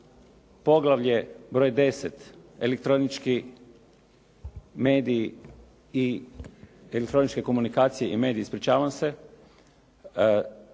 mediji i, Elektroničke komunikacije i mediji, ispričavam se,